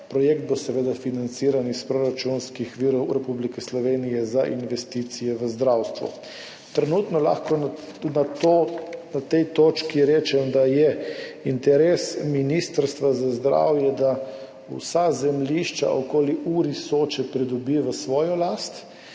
Projekt bo seveda financiran iz proračunskih virov Republike Slovenije za investicije v zdravstvu. Trenutno lahko na tej točki rečem, da je interes Ministrstva za zdravje, da vsa zemljišča okoli URI Soča pridobi v svojo last,